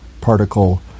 particle